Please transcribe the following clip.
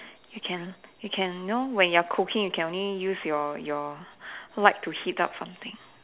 you can you can you know when you're cooking you can only use your your light to heat up something